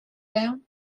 down